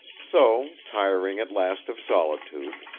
so, tiring at last of solitude,